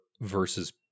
versus